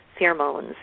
Pheromones